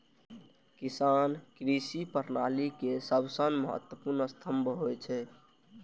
किसान कृषि प्रणाली के सबसं महत्वपूर्ण स्तंभ होइ छै